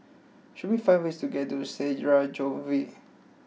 show me five ways to get to Sarajevo